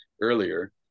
earlier